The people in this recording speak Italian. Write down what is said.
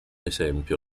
esempio